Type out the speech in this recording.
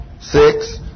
six